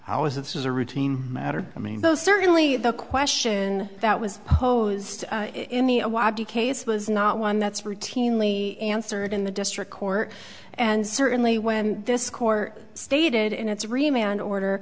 how is this is a routine matter i mean both certainly the question that was posed in the case was not one that's routinely answered in the district court and certainly when this court stated in its